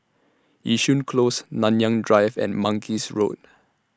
Yishun Close Nanyang Drive and Mangis Road